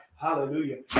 Hallelujah